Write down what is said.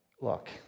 Look